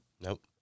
Nope